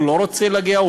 הוא לא רוצה להגיע,